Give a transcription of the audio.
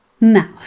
Now